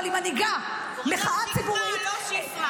אבל היא מנהיגה מחאה ציבורית -- קוראים לה שקמה,